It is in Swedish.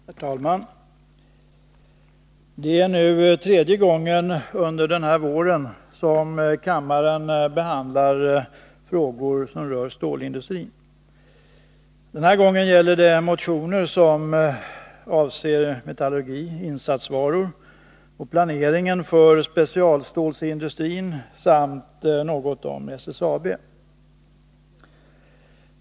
Herr talman! Det är nu tredje gången under den här våren som kammaren behandlar frågor som rör stålindustrin. Den här gången gäller det motioner om metallurgi, insatsvaror och planering för specialstålsindustrin samt något om SSAB.